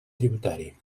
tributari